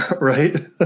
Right